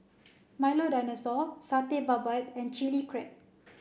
Milo Dinosaur Satay Babat and chili crab